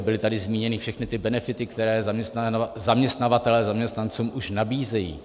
Byly tady zmíněny všechny ty benefity, které zaměstnavatelé zaměstnancům už nabízejí.